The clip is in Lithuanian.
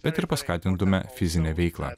bet ir paskatintume fizinę veiklą